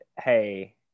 hey